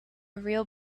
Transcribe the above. real